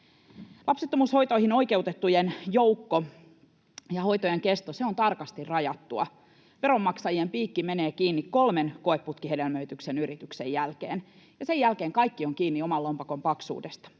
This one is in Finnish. Lapsettomuushoitoihin oikeutettujen joukko ja hoitojen kesto ovat tarkasti rajattuja. Veronmaksajien piikki menee kiinni kolmen koeputkihedelmöityksen yrityksen jälkeen, ja sen jälkeen kaikki on kiinni oman lompakon paksuudesta.